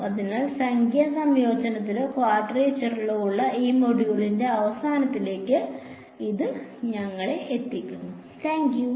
അതിനാൽ സംഖ്യാ സംയോജനത്തിലോ ക്വാഡ്രേച്ചറിലോ ഉള്ള ഈ മൊഡ്യൂളിന്റെ അവസാനത്തിലേക്ക് ഇത് ഞങ്ങളെ എത്തിക്കുന്നു